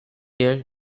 year